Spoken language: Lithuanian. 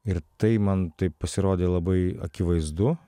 ir tai man pasirodė labai akivaizdu